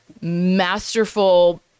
masterful